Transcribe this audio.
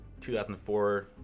2004